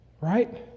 right